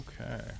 okay